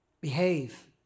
behave